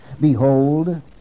Behold